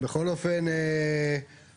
בכל אופן לשאלתך,